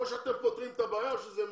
או שאתם פותרים את הבעיה או שזאת מזימה.